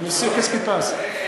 Mais qu'est ce qui se passe,